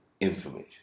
information